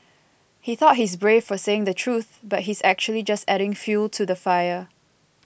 he thought he's brave for saying the truth but he's actually just adding fuel to the fire